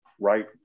Right